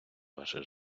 ваше